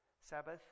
Sabbath